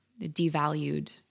devalued